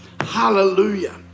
Hallelujah